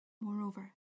Moreover